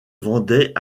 vendait